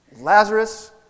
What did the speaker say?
Lazarus